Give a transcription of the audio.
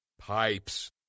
Pipes